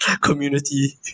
community